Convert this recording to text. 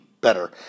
better